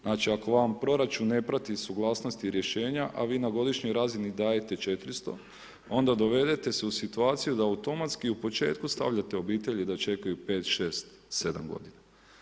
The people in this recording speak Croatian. Znači ako vam proračun ne prati suglasnosti rješenja a vi na godišnjoj razini dajete 400 onda dovedete se u situaciju da automatski u početku stavljate obitelji da čekaju 5, 6, 7 godina.